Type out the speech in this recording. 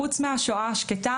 חוץ מהשואה השקטה,